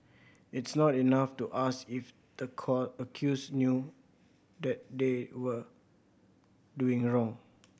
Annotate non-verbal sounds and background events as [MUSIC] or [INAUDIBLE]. it's not enough to ask if the [UNINTELLIGIBLE] accused knew that they were doing wrong